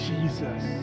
Jesus